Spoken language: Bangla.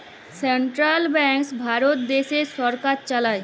সেলট্রাল ব্যাংকস ভারত দ্যাশেল্লে সরকার চালায়